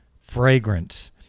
fragrance